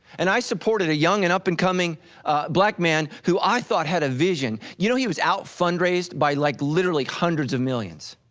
and i supported a young and up and coming black man, who i thought had a vision. you know, he was out fundraised by like literally hundreds of millions.